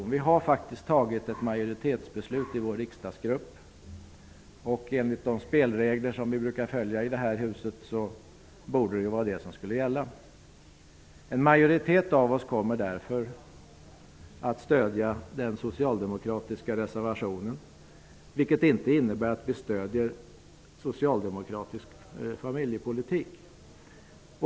Vår riksdagsgrupp har faktiskt fattat ett majoritetsbeslut, och enligt de spelregler som vi brukar följa i det här huset borde det gälla. En majoritet av oss kommer därför att stödja den socialdemokratiska reservationen, vilket inte innebär att vi stödjer en socialdemokratisk familjepolitik.